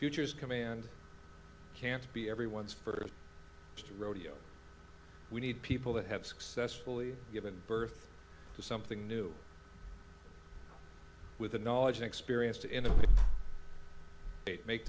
futures command can't be everyone's first rodeo we need people that have successfully given birth to something new with the knowledge and experience to in a date make